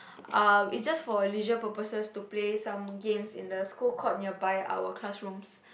uh it's just for leisure purposes to play some games in the school court nearby our classrooms